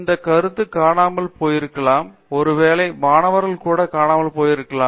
பேராசிரியர் அரிந்தமா சிங் இந்த கருத்து காணாமல் போயிருக்கலாம் ஒருவேளை மாணவர்கள் கூட காணாமல் போயிருக்கிறார்கள்